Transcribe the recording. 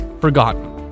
forgotten